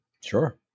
Sure